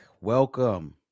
Welcome